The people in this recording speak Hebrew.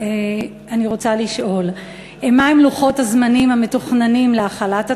ברצוני לשאול: מה הם לוחות הזמנים המתוכננים להחלת התוכנית?